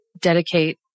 dedicate